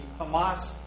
Hamas